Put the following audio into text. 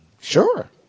sure